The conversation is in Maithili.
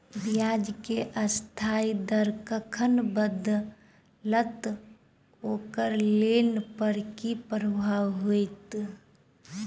ब्याज केँ अस्थायी दर कखन बदलत ओकर लोन पर की प्रभाव होइत?